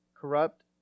corrupt